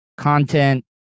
Content